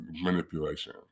manipulation